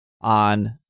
on